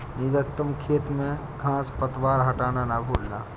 नीरज तुम खेत में घांस पतवार हटाना ना भूलना